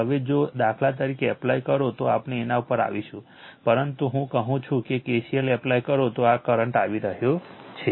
હવે જો દાખલા તરીકે એપ્લાય કરો તો આપણે તેના ઉપર આવીશું પરંતુ હું કહું છું કે KCL એપ્લાય કરો તો આ કરંટ આવી રહ્યો છે